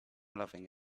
loving